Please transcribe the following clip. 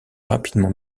rapidement